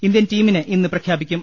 Indian ടീമിനെ ഇന്ന് പ്രഖ്യാപിക്കും